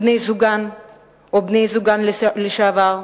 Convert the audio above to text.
בני-זוגן או בני-זוגן לשעבר,